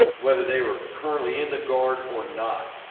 whether they were currently in the guard or not.